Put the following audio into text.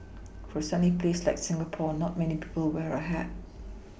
for a sunny place like Singapore not many people wear a hat